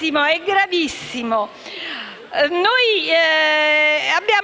gravissimo. Noi abbiamo